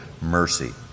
mercy